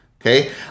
Okay